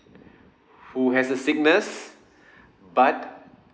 who has a sickness but